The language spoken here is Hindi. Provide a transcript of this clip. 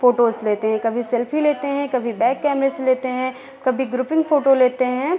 फ़ोटोज़ लेते हैं कभी सेल्फ़ी लेते हैं कभी बैक कैमरे से लेते हैं कभी ग्रुपिंग फ़ोटो लेते हैं